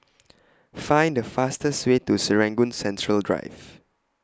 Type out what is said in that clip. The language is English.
Find The fastest Way to Serangoon Central Drive